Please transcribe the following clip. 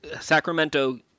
Sacramento